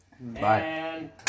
Bye